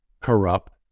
corrupt